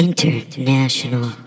International